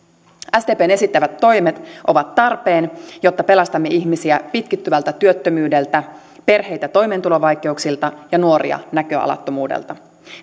sdpn esittämät toimet ovat tarpeen jotta pelastamme ihmisiä pitkittyvältä työttömyydeltä perheitä toimeentulovaikeuksilta ja nuoria näköalattomuudelta